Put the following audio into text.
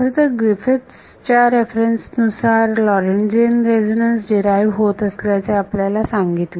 खरंतर ग्रिफिथ्स च्या रेफरन्स नुसार लॉरेन्टीझियन रेझोनांस डीराईव्ह होत असल्याचे आपल्याला सांगितले